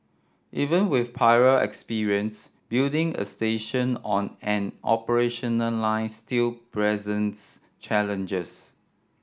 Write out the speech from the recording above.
even with prior experience building a station on an operational line still presents challenges